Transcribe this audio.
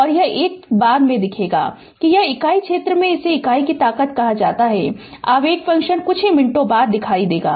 और यह 1 बाद में देखेगा कि यह इकाई क्षेत्र है इसे इकाई की ताकत कहा जाता है आवेग फंक्शन कुछ ही मिनटों के बाद दिखाई देगा